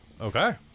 Okay